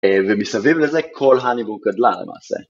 ומסביב לזה כל הניבוא גדלה למעשה.